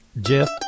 Jeff